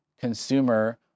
consumer